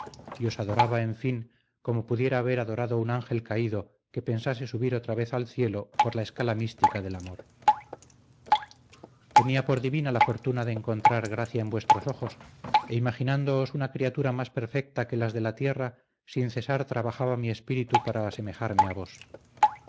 os adoraba en fin como pudiera haber adorado un ángel caído que pensase subir otra vez al cielo por la escala mística del amor tenía por divina la fortuna de encontrar gracia en vuestros ojos e imaginándoos una criatura más perfecta que las de la tierra sin cesar trabajaba mi espíritu para asemejarme a vos